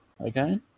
Okay